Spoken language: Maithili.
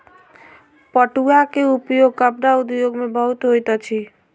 पटुआ के उपयोग कपड़ा उद्योग में बहुत होइत अछि